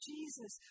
Jesus